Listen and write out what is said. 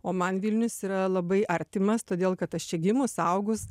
o man vilnius yra labai artimas todėl kad aš čia gimus augus